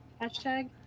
hashtag